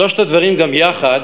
שלושת הדברים גם יחד